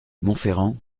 monferrand